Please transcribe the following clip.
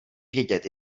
vědět